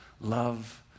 love